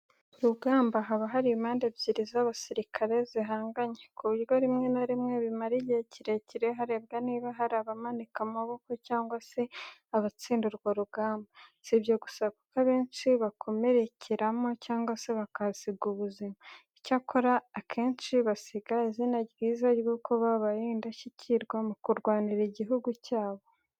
Ku rugamba, haba hari impande ebyiri z’abasirikare zihanganye, ku buryo rimwe na rimwe bimara igihe kirekire harebwa niba hari abamanika amaboko cyangwa se abatsinda urwo rugamba. Si ibyo gusa kuko benshi bakomerekeramo cyangwa se bakahasiga ubuzima. Icyakora, akenshi basiga izina ryiza ry'uko babaye indashyikirwa mu kurwanira igihugu cyabo.